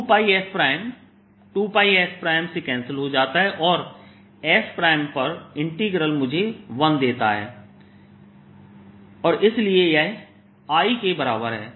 Js dsIs2s2sds z z 2s 2s से cancel हो जाता है और s पर इंटीग्रल मुझे 1 देता है और इसलिए यह I के बराबर है